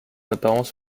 apparence